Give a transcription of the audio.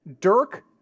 Dirk